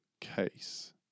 case